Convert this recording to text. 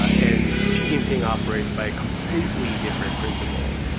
and xi jinping operates by a completely different principle.